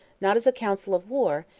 not as a council of war,